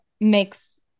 makes